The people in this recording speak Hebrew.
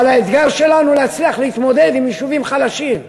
אבל האתגר שלנו הוא להצליח להתמודד עם יישובים חלשים.